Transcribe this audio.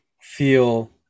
feel